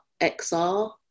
XR